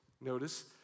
notice